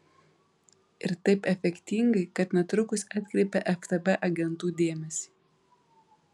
ir taip efektingai kad netrukus atkreipia ftb agentų dėmesį